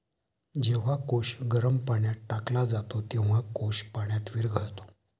जेव्हा कोश गरम पाण्यात टाकला जातो, तेव्हा कोश पाण्यात विरघळतो